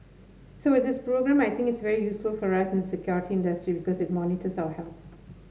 so with this programme I think it's very useful for us in the security industry because it monitors our health